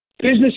business